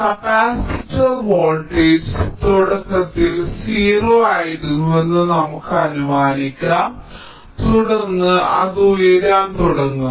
capacitor voltage തുടക്കത്തിൽ 0 ആയിരുന്നുവെന്ന് നമുക്ക് അനുമാനിക്കാം തുടർന്ന് അത് ഉയരാൻ തുടങ്ങും